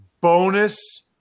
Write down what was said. bonus